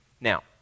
Now